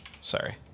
Sorry